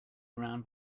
round